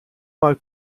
mal